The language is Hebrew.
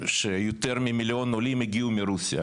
לא ש"ישראל ביתנו" היא מפלגה לא לגיטימית, להיפך.